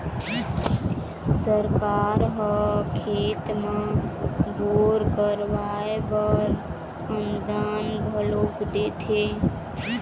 सरकार ह खेत म बोर करवाय बर अनुदान घलोक देथे